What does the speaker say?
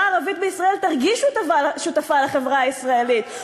הערבית בישראל תרגיש שותפה לחברה הישראלית?